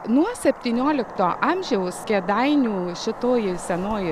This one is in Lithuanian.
nuo septyniolikto amžiaus kėdainių šitoji senoji